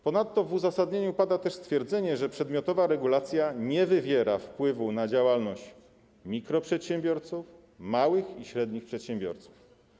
Ponadto w uzasadnieniu pada stwierdzenie, że przedmiotowa regulacja nie wywiera wpływu na działalność mikroprzedsiębiorców, a także małych i średnich przedsiębiorców.